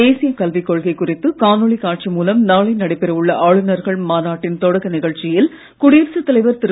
தேசிய கல்விக் கொள்கை குறித்து காணொளி காட்சி மூலம் நாளை நடைபெற உள்ள ஆளுநர்கள் மாநாட்டின் தொடக்க நிகழ்ச்சியில் குடியரசுத் தலைவர் திரு